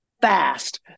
fast